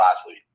athlete